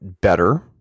better